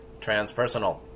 transpersonal